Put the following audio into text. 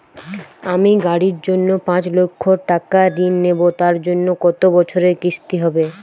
আমি গাড়ির জন্য পাঁচ লক্ষ টাকা ঋণ নেবো তার জন্য কতো বছরের কিস্তি হবে?